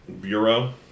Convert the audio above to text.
Bureau